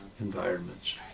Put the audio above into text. environments